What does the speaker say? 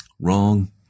Wrong